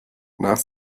nach